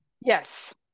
Yes